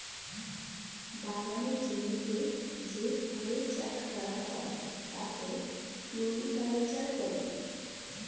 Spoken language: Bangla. বাগানের জমিতে যে ফুলের চাষ করা হয় তাকে ফ্লোরিকালচার বলে